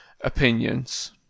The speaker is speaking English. opinions